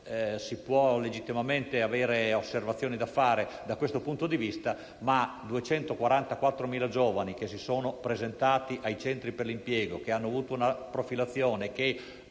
fare legittimamente delle osservazioni da questo punto di vista, ma 244.000 giovani che si sono presentati ai centri per l'impiego, che hanno avuto una profilazione e